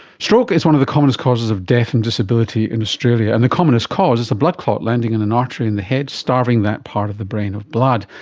stroke is one of the commonest cause of death and disability in australia, and the commonest cause is a blood clot landing in an artery in the head, starving that part of the brain of blood.